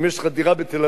אם יש לך דירה בתל-אביב,